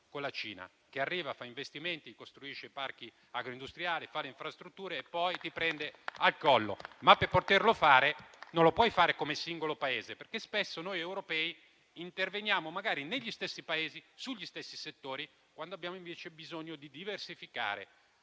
con la Cina che arriva, fa investimenti, costruisce parchi agroindustriali, fa le infrastrutture e poi li prende per il collo. Per poterlo fare, però, non si può fare come singolo Paese. Spesso, noi europei interveniamo, magari negli stessi Paesi, sugli stessi settori, quando abbiamo invece bisogno di diversificare.